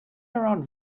around